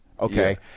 Okay